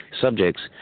subjects